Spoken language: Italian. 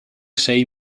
sei